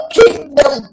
kingdom